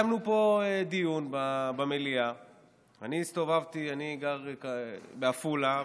אני גר בעפולה,